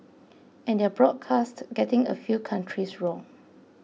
and their broadcast getting a few countries wrong